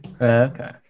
Okay